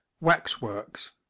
Waxworks